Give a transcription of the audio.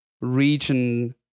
region